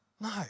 No